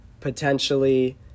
potentially